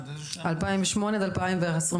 משנת 2008 עד שנת 2021?